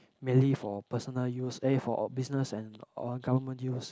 mainly for personal use aye for business and or government use